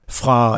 fra